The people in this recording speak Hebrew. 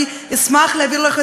אני אשמח להעביר לך